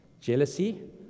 jealousy